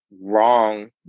wrong